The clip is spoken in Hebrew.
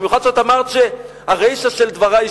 במיוחד שאמרת שהרישא של דברי,